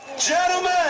Gentlemen